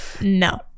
no